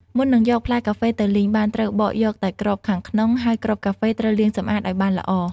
មុននឹងយកផ្លែកាហ្វេទៅលីងបាន ត្រូវបកយកតែគ្រាប់ខាងក្នុង ហើយគ្រាប់កាហ្វេត្រូវលាងសម្អាតឱ្យបានល្អ។